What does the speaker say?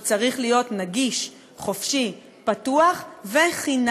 הוא צריך להיות נגיש, חופשי, פתוח וחינמי,